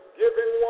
giving